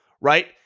right